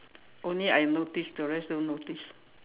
only I notice the rest don't notice